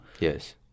Yes